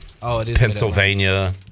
Pennsylvania